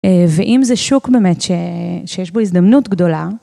ואם זה שוק באמת שיש בו הזדמנות גדולה.